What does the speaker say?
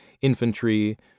infantry